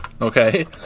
Okay